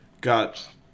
Got